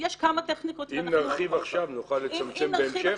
אם נרחיב עכשיו נוכל לצמצם בהמשך?